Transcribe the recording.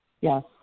Yes